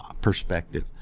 perspective